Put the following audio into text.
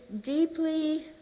deeply